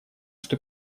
что